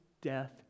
death